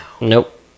Nope